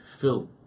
fill